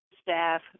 staff